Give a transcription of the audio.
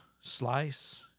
Slice